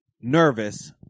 nervous